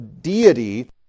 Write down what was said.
deity